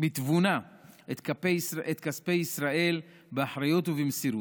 בתבונה את כספי ישראל, באחריות ובמסירות,